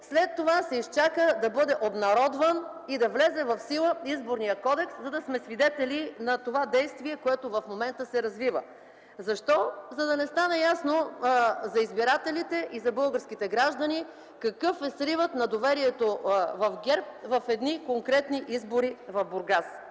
след това се изчака да бъде обнародван и да влезе в сила Изборният кодекс, за да сме свидетели на това действие, което в момента се развива. Защо? За да не стане ясно за избирателите и за българските граждани какъв е сривът на доверието в ГЕРБ в едни конкретни избори в Бургас.